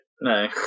no